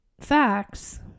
facts